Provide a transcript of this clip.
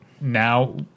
now